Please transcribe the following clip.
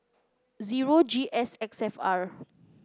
zero G S X F R